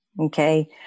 Okay